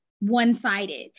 one-sided